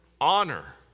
Honor